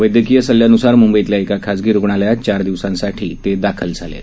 वैदयकीय सल्ल्यान्सार मुंबईतल्या एका खाजगी रुग्णालयात चार दिवसांसाठी दाखल झाले आहेत